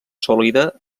sòlida